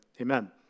amen